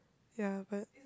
ya but